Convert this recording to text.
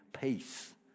peace